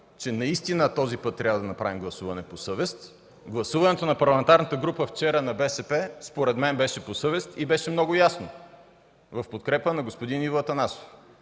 път наистина трябва да направим гласуване по съвест. Гласуването на парламентарната група на БСП вчера според мен беше по съвест и беше много ясно – в подкрепа на господин Иво Атанасов.